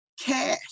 cash